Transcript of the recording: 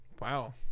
Wow